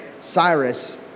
Cyrus